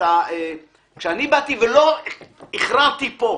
שבאתי ולא הכרעתי פה,